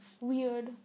weird